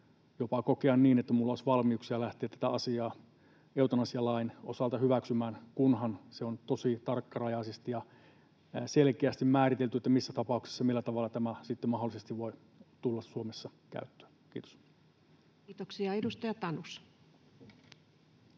jopa kokea niin, että minulla olisi valmiuksia lähteä tätä asiaa eutanasialain osalta hyväksymään, kunhan se on tosi tarkkarajaisesti ja selkeästi määritelty, missä tapauksissa ja millä tavalla tämä sitten mahdollisesti voi tulla Suomessa käyttöön. — Kiitos. [Speech 176]